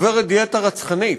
עוברת דיאטה רצחנית.